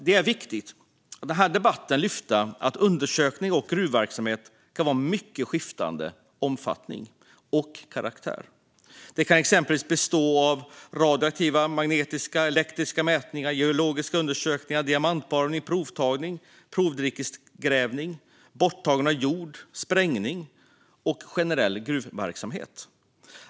Det är viktigt att i den här debatten lyfta fram att undersökningar och gruvverksamhet kan vara av mycket skiftande omfattning och karaktär. De kan exempelvis bestå av radioaktiva, magnetiska eller elektriska mätningar, geologiska undersökningar, diamantborrning, provtagning, provdikesgrävning, borttagande av jord, sprängning eller generell gruvverksamhet.